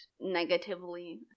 negatively